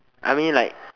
I mean like